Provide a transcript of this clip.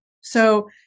So-